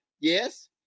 Yes